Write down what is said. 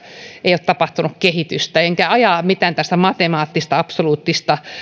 ei ole tapahtunut kehitystä enkä aja tässä mitään matemaattista absoluuttista